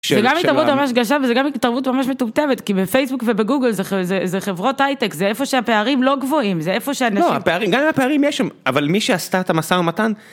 זה גם התערבות ממש גסה וזה גם התערבות ממש מטומטמת, כי בפייסבוק ובגוגל זה... זה, זה חברות הייטק, זה איפה שהפערים לא גבוהים, זה איפה שהאנשים. -לא, הפערים... גם אם הפערים, יש שם, אבל מי שעשתה את המשא ומתן